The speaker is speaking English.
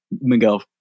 Miguel